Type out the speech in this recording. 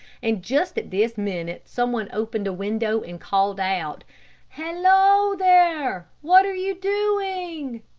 and just at this minute some one opened a window and called out hallo, there, what are you doing?